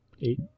Eight